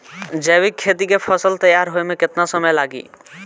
जैविक खेती के फसल तैयार होए मे केतना समय लागी?